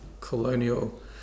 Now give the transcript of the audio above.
colonial